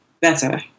better